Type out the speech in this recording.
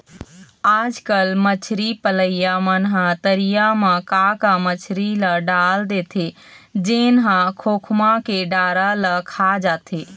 आजकल मछरी पलइया मन ह तरिया म का का मछरी ल डाल देथे जेन ह खोखमा के डारा ल खा जाथे